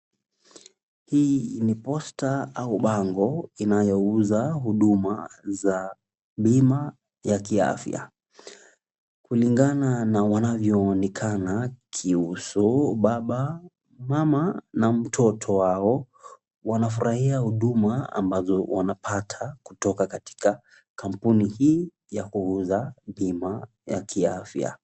Hii ni posta au bango inayouza huduma za bima ya kiafya. Kulingana na wanavyoonekana kiuso baba, mama na mtoto wao wanafurahia huduma ambazo wanapata kutoka katika kampuni hii ya kuuza bima ya kiafya.